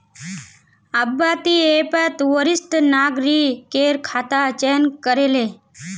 अब्बा ती ऐपत वरिष्ठ नागरिकेर खाता चयन करे ले